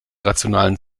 rationalen